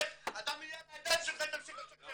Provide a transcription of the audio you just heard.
הדם יהיה על הידיים שלך אם תמשיך לשקר,